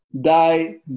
die